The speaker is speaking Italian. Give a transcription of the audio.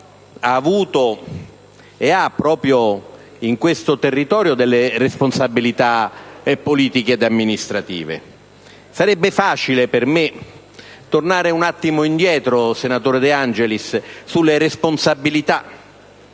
ha avuto e ha, proprio in questo territorio, responsabilità politiche e amministrative. Sarebbe facile per me tornare un attimo indietro, senatore De Angelis, sulle responsabilità